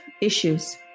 issues